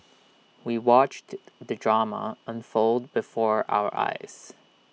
we watched the drama unfold before our eyes